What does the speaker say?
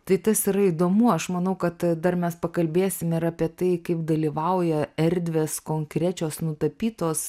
tai tas yra įdomu aš manau kad dar mes pakalbėsime ir apie tai kaip dalyvauja erdvės konkrečios nutapytos